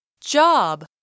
Job